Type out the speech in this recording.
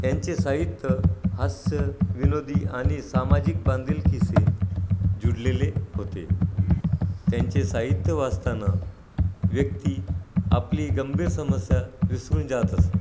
यांचे साहित्य हास्य विनोदी आणि सामाजिक बांधिलकीशी जुडलेले होते त्यांचे साहित्य वाचताना व्यक्ती आपली गंभीर समस्या विसरून जात असेल